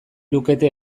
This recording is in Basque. lukete